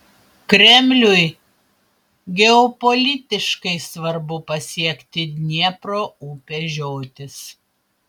kremliui geopolitiškai svarbu pasiekti dniepro upės žiotis